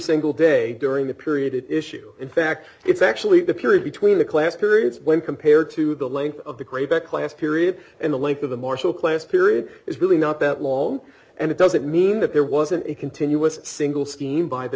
single day during the period it is in fact it's actually the period between the class periods when compared to the length of the great back class period and the length of the marshall class period is really not that long and it doesn't mean that there wasn't a continuous single scheme by the